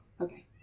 Okay